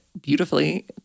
beautifully